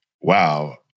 Wow